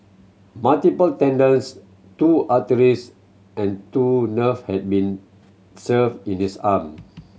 multiple tendons two arteries and two nerve had been severed in his arm